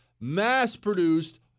mass-produced